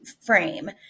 frame